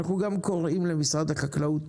אנחנו גם קוראים למשרד החקלאות